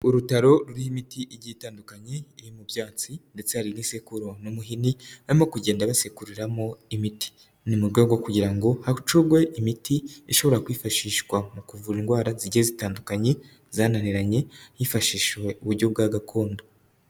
Urutaro rw'imiti igiye itandukanye. Iri mu byatsi ndetse hari n'isekuru n'umuhini barimo kugenda basekuriramo imiti. Ni mu rwego rwo kugira ngo hacugwe imiti ishobora kwifashishwa mu kuvura indwara zigiye zitandukanye, zananiranye hifashishijwe uburyo bwa gakondo.